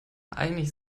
einig